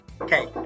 Okay